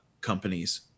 companies